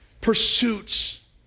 Pursuits